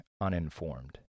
uninformed